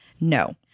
No